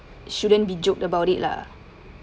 shouldn't be joked about it lah